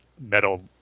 metal